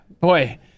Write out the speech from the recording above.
boy